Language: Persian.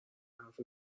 حرف